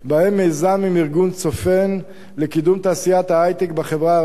בהם מיזם עם ארגון "צופן" לקידום תעשיית ההיי-טק בחברה הערבית